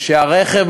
כשהרכב,